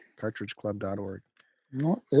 cartridgeclub.org